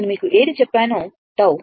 నేను మీకు ఏది చెప్పానో τ